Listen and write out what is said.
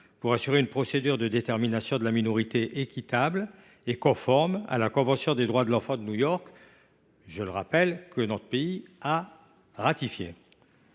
pour garantir que la procédure de détermination de la minorité est équitable et conforme à la convention des droits de l’enfant de New York, que notre pays a ratifiée.